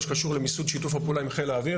שקשור למיסוד שיתוף הפעולה עם חיל האוויר.